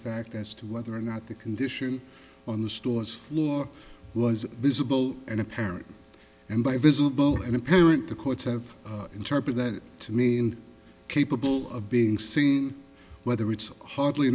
fact as to whether or not the condition on the store's floor was visible and apparent and by visible and apparent the courts have interpret that to mean capable of being seen whether it's hardly